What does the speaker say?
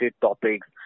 topics